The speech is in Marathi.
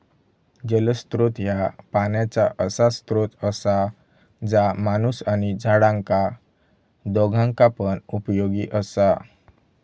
जलस्त्रोत ह्या पाण्याचा असा स्त्रोत असा जा माणूस आणि झाडांका दोघांका पण उपयोगी असा